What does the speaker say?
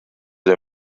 der